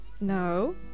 No